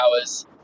hours